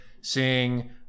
seeing